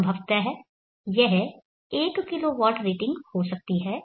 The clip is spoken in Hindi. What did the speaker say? सम्भवतः यह 1 kW रेटिंग हो सकती है